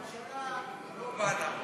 שהממשלה, לא בא לה.